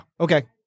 okay